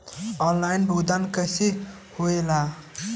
Online भुगतान कैसे होए ला?